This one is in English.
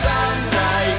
Sunday